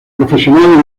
profesional